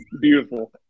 Beautiful